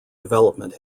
development